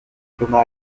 thomas